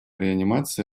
реанимации